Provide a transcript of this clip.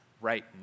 right